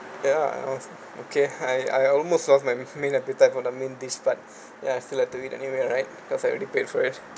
ya I was okay I I almost lost my main appetite for the main dish but ya I still like to eat anyway right because I already paid for it